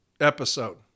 episode